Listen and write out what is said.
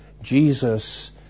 Jesus